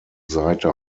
seite